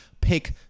pick